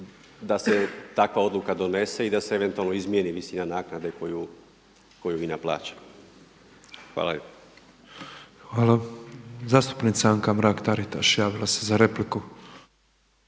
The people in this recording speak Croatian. da se takva odluka donese i da se eventualno izmijeni visina naknade koju i naplaćujemo. Hvala lijepo. **Petrov, Božo (MOST)** Hvala. Zastupnica Anka Mrak-Taritaš javila se za repliku.